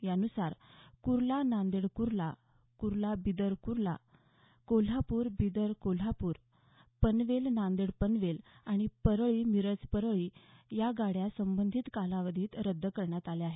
यानुसार कुर्ला नांदेड कुर्ला कुर्ला बीदर कुर्ला कोल्हापूर बीदर कोल्हापूर पनवेल नांदेड पनवेल आणि परळी मिरज परळी या गाड्या संबंधित कालावधीत रद्द करण्यात आल्या आहेत